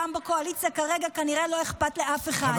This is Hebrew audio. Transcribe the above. כרגע גם בקואליציה לא אכפת לאף אחד.